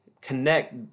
connect